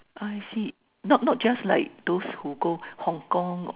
I see not not just like those who go Hong-Kong